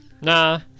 Nah